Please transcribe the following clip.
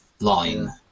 line